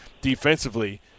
defensively